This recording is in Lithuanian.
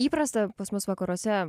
įprasta pas mus vakaruose